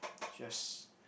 just